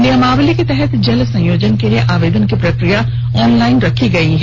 नियमावली के तहत जल संयोजन के लिए आवेदन की प्रक्रिया ऑनलाइन रखी गई है